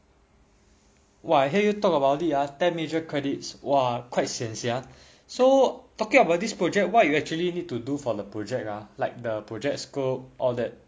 !wah! I hear you talk about it ah ten major credits !wah! quite sian sia so talking about this project what you actually need to do for the project ah like the project scope all that